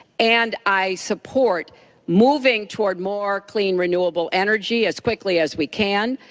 and i support moving towards more clean renewable energy as quickly as we can.